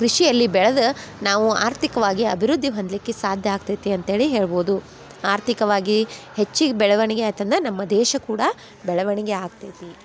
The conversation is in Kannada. ಕೃಷಿಯಲ್ಲಿ ಬೆಳೆದ ನಾವು ಆರ್ಥಿಕವಾಗಿ ಅಭಿವೃದ್ಧಿ ಹೊಂದಲಿಕ್ಕೆ ಸಾಧ್ಯ ಆಗ್ತೈತಿ ಅಂತ್ಹೇಳಿ ಹೇಳ್ಬೋದು ಆರ್ಥಿಕವಾಗಿ ಹೆಚ್ಚಿಗೆ ಬೆಳವಣಿಗೆ ಆಯ್ತು ಅಂದ್ರ ನಮ್ಮ ದೇಶ ಕೂಡ ಬೆಳವಣಿಗೆ ಆಗ್ತೈತಿ